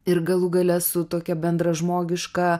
ir galų gale su tokia bendražmogiška